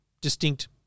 distinct